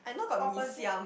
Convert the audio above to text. opposite